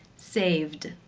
saved,